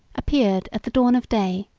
appeared, at the dawn of day,